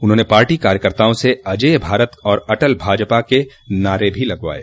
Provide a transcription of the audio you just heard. उन्होंने पाटी कार्यकर्ताओं से अजेय भारत और अटल भाजपा के नारे लगवाये